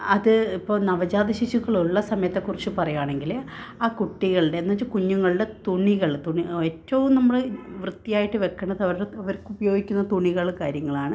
അത് ഇപ്പോൾ നവജാത ശിശുക്കളുള്ള സമയത്തെക്കുറിച്ച് പറയുകയാണെങ്കിൽ ആ കുട്ടികളുടെ എന്നു വെച്ചാൽ കുഞ്ഞുങ്ങളുടെ തുണികൾ തുണികൾ ഏറ്റവും നമ്മൾ വൃത്തിയായിട്ട് വെക്കുന്നത് അവർക്ക് ഉപയോഗിക്കുന്ന തുണികൾ കാര്യങ്ങളാണ്